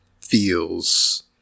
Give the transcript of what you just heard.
feels